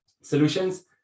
solutions